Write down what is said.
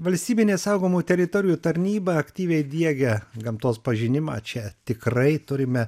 valstybinė saugomų teritorijų tarnyba aktyviai diegia gamtos pažinimą čia tikrai turime